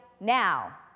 now